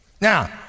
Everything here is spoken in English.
Now